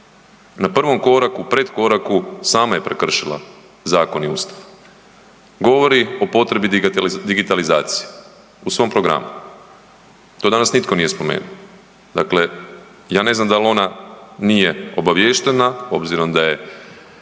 na prvom koraku predkoraku sama je prekršila zakon i Ustav. Govori o potrebi digitalizacije u svom programu, to danas nitko nije spomenuo. Dakle, ja ne znam da li ona nije obaviještene obzirom da je